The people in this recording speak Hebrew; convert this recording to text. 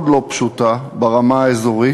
מאוד לא פשוטה, ברמה האזורית,